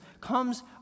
comes